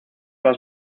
las